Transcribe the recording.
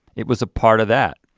it was a part of that.